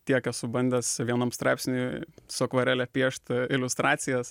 tiek esu bandęs vienam straipsny su akvarele piešt iliustracijas